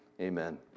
Amen